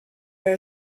are